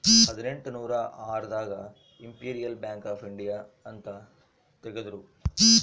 ಹದಿನೆಂಟನೂರ ಆರ್ ದಾಗ ಇಂಪೆರಿಯಲ್ ಬ್ಯಾಂಕ್ ಆಫ್ ಇಂಡಿಯಾ ಅಂತ ತೇಗದ್ರೂ